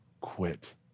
quit